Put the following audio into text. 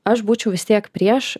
aš būčiau vis tiek prieš